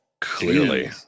clearly